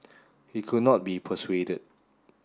he could not be persuaded